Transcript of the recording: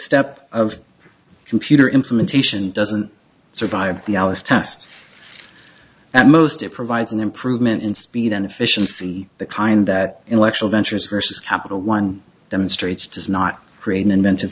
step of computer implementation doesn't survive the alice test at most it provides an improvement in speed and efficiency the kind that intellectual ventures versus capital one demonstrates does not create an inventive